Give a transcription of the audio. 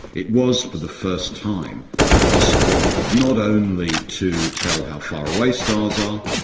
it was for the first time possible not only to tell how far away stars are,